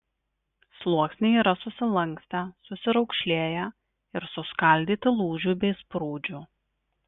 sluoksniai yra susilankstę susiraukšlėję ir suskaldyti lūžių bei sprūdžių